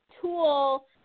tool